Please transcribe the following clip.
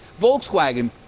Volkswagen